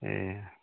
ए